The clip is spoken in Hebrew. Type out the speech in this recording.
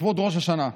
לכבוד ראש השנה.